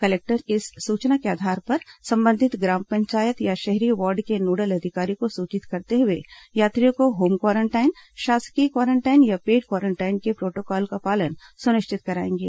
collector इस सूचना के आधार पर संबंधित ग्राम पंचायत या शहरी वार्ड के नोडल अधिकारी को सूचित करते हुए यात्रियों को होम क्वारेंटाइन शासकीय क्वारेंटाइन या पेड क्वारेंटाइन के प्रोटोकॉल का पालन सुनिश्चित कराएंगे